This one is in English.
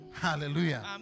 hallelujah